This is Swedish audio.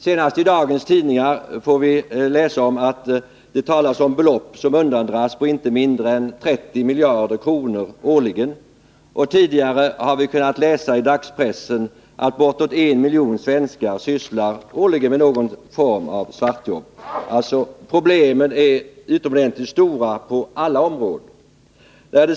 Senast i dagens tidningar kan vi läsa att det är belopp på inte mindre än 30 miljarder kronor årligen som undandras. Tidigare har vi i dagspressen kunnat läsa att bortåt en miljon svenskar årligen gör någon form av svartjobb. Problemen är alltså utomordentligt stora på alla områden.